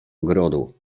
ogrodu